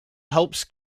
helps